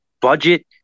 budget